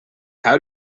how